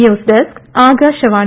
news desk Akashvani